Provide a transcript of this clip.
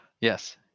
Yes